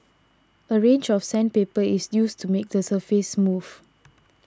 a range of sandpaper is used to make the surface smooth